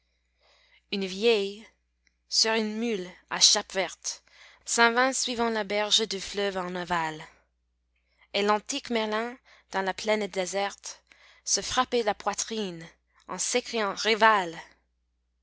une vieille sur une mule à chape verte s'en vint suivant la berge du fleuve en aval et l'antique merlin dans la plaine déserte se frappait la poitrine en s'écriant rival